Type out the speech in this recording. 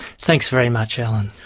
thanks very much, alan.